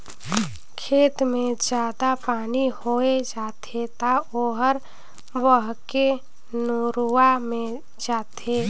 खेत मे जादा पानी होय जाथे त ओहर बहके नरूवा मे जाथे